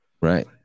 Right